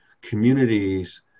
communities